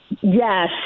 Yes